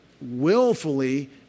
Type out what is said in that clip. willfully